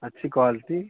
अच्छी क्वालटी